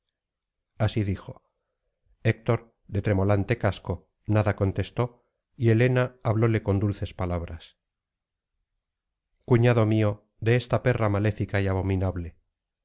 así dijo héctor de tremolante casco nada contestó y helena hablóle con dulces palabras cuñado mío de esta perra maléfica y abominable